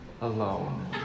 alone